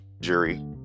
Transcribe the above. jury